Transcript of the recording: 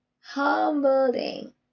humbling